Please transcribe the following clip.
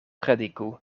prediku